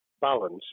balance